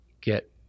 get